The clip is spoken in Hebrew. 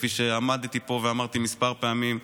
כפי שעמדתי פה ואמרתי כמה פעמים,